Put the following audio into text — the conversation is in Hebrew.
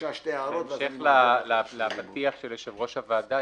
בהמשך לפתיח של יושב ראש הוועדה,